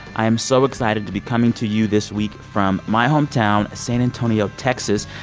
i am so excited to be coming to you this week from my hometown, san antonio, texas,